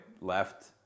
left